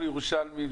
אנחנו ירושלמים.